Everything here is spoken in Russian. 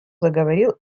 заговорил